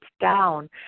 down